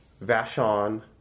Vashon